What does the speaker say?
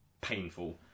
painful